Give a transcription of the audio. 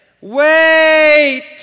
Wait